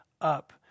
up